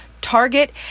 Target